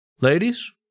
ladies